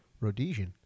Rhodesian